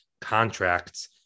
contracts